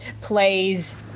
plays